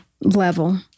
level